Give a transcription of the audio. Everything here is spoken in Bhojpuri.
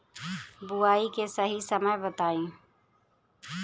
बुआई के सही समय बताई?